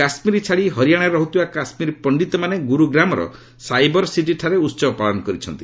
କାଶ୍ମୀର ଛାଡ଼ି ହରିଆଶାରେ ରହୁଥିବା କାଶ୍ମୀର ପଣ୍ଡିତମାନେ ଗୁରୁଗ୍ରାମର ସାଇବରସିଟିଠାରେ ଉତ୍ସବ ପାଳନ କରିଛନ୍ତି